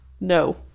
No